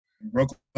Brooklyn